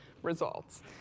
Results